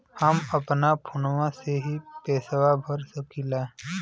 हम अपना फोनवा से ही पेसवा भर सकी ला?